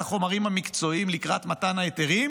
החומרים המקצועיים לקראת מתן ההיתרים?